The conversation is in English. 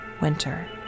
winter